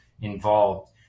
involved